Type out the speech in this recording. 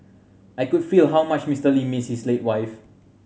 I could feel how much Mister Lee missed his late wife